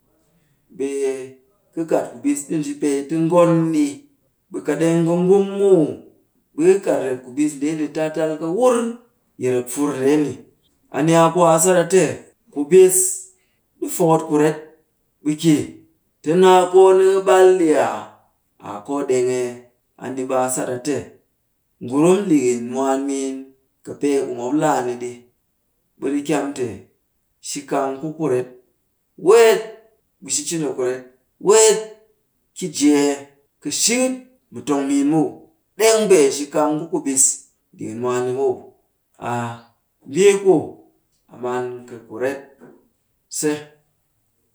Ɓe ka kat kubis ɗi nji pee ti ngon ni. Ɓe kat ɗeng ka ngung muw, ɓe ka kat rep kubis ndeeni taa tal ka wur yi rep fur ndeeni. A ni a ku a sat te kubis ɗi fokot kuret ɓe ki ti naa koo nika ɓal ɗi aa, aa koo ɗeng ee. A ni ɓe a sat a te, ngurum ɗikin mwaan miin, kɨpee ku mop laa ni ɗi, ɓe ɗi kyam te, shi kang ku kuret weet. Ɓe shi cin a kuret ki jee kɨ shikit mu tong miin muw ɗeng pee shi kang ku kubis ɗikin mwaan ni muw. A mbii ku a man kɨ kuret se.